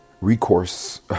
recourse